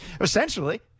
Essentially